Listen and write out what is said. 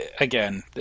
again